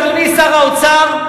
אדוני שר האוצר,